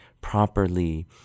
properly